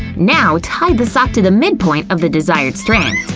now tie the sock to the mid-point of the desired strands.